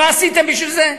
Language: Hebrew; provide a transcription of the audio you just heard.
מה עשיתם בשביל זה?